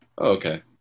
Okay